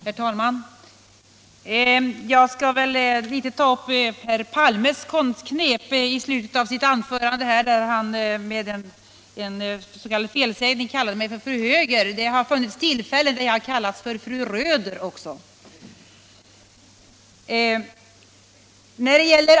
Herr talman! Jag skall inte beröra herr Palmes konstgrepp i slutet av anförandet, där han med en s.k. felsägning kallade mig fru Höger. Det har också funnits tillfällen då jag har kallats fru Röder.